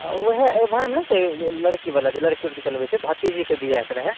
आ उएह एभन नहि छै लड़की बला जे लड़की उरकी चलबै छै भतीजीके दियैके रहै